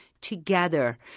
together